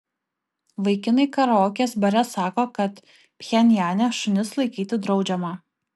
vaikinai karaokės bare sako kad pchenjane šunis laikyti draudžiama